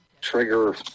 trigger